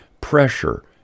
pressure